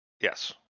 Yes